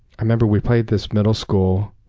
i remember we played this middle school,